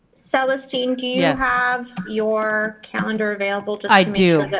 celestine, do you yeah have your calendar available i do,